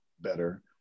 better